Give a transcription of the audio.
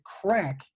crack